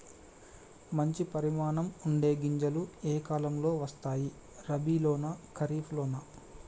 మంచి పరిమాణం ఉండే గింజలు ఏ కాలం లో వస్తాయి? రబీ లోనా? ఖరీఫ్ లోనా?